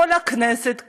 כל הכנסת,